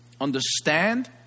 understand